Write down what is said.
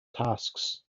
tasks